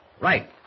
Right